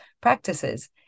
practices